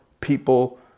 people